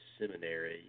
seminary